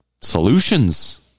solutions